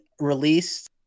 released –